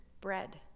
bread